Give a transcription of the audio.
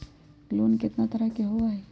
Loan केतना तरह के होअ हई?